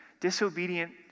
Disobedient